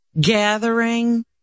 gathering